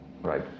Right